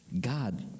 God